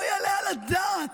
לא יעלה על הדעת